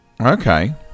Okay